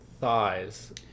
thighs